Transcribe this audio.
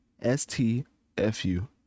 S-T-F-U